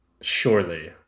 Surely